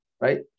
Right